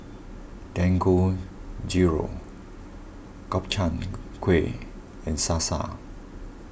Dangojiru Gobchang Gui and Salsa